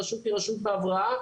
הרשות היא רשות בהבראה,